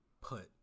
put